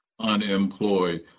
unemployed